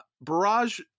Barrage